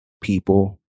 people